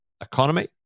economy